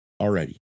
already